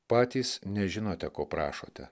patys nežinote ko prašote